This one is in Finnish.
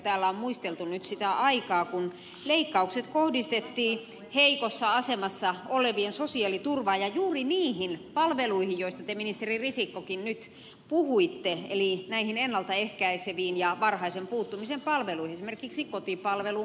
täällä on muisteltu nyt sitä aikaa kun leikkaukset kohdistettiin heikossa asemassa olevien sosiaaliturvaan ja juuri niihin palveluihin joista tekin ministeri risikko nyt puhuitte eli näihin ennalta ehkäiseviin ja varhaisen puuttumisen palveluihin esimerkiksi kotipalveluun kouluterveydenhuoltoon